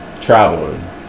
traveling